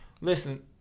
listen